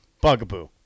Bugaboo